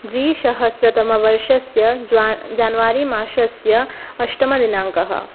द्विसहस्रतमवर्षस्य ज्वान् जन्वारिमासस्य अष्टमदिनाङ्कः